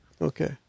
Okay